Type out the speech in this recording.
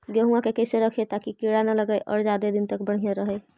गेहुआ के कैसे रखिये ताकी कीड़ा न लगै और ज्यादा दिन तक बढ़िया रहै?